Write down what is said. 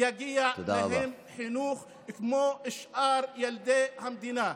מגיע להם חינוך כמו לשאר ילדי המדינה.